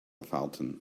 fountain